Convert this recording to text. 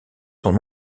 sont